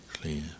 clear